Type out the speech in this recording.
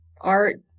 art